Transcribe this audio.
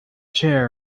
chair